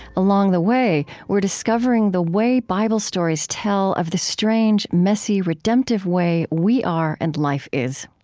along the way, we're discovering the way bible stories tell of the strange, messy, redemptive way we are and life is.